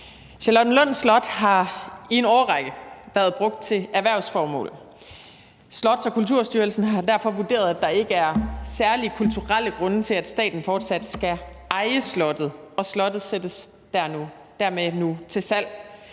Charlottenlund Slot har i en årrække været brugt til erhvervsformål. Slots- og Kulturstyrelsen har derfor vurderet, at der ikke er særlige kulturelle grunde til, at staten fortsat skal eje slottet, og slottet sættes dermed nu til salg.